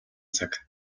цаг